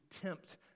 tempt